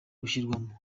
gushyirwamo